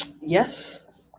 Yes